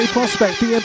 Prospect